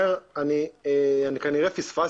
אומר שוב,